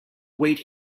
wait